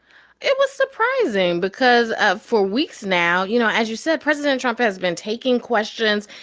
it was surprising because ah for weeks now, you know, as you said, president trump has been taking questions.